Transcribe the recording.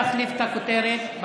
תחליפו את הכותרת,